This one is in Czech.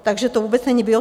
Takže to vůbec není bio.